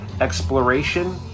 exploration